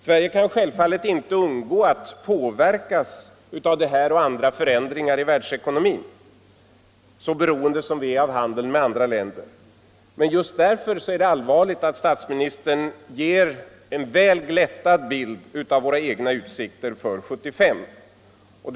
Sverige kan självfallet inte undgå att påverkas av dessa och andra förändringar i världsekonomin, så beroende som vi är av handeln med andra länder, men just därför är det allvarligt att statsministern ger en väl glättad bild av våra egna utsikter för 1975.